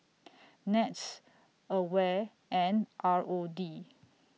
Nets AWARE and R O D